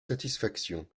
satisfaction